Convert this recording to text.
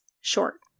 short